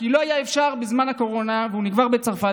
כי לא היה אפשר בזמן הקורונה והוא נקבר בצרפת,